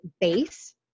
base